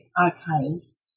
archives